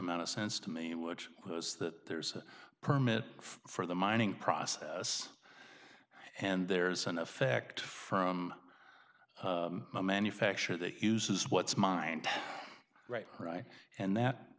amount of sense to me which was that there's a permit for the mining process and there's an effect from the manufacturer that uses what's mind right right and that